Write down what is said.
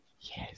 Yes